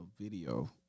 video